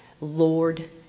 Lord